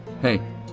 hey